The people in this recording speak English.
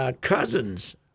cousins